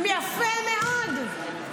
יפה מאוד,